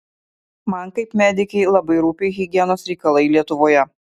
man kaip medikei labai rūpi higienos reikalai lietuvoje